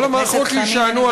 חבר הכנסת חנין,